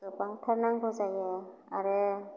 गोबांथार नांगौ जायो आरो